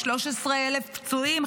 13,000 פצועים,